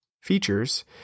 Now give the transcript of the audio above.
features